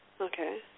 Okay